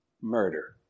murder